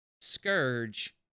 Scourge